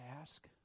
ask